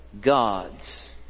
gods